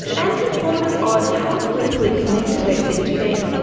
and he thought it was odd how politically connected they seemed to be.